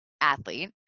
athlete